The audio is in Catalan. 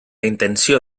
intenció